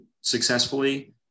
successfully